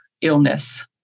illness